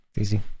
easy